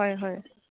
হয় হয়